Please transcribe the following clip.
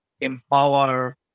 empower